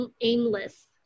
aimless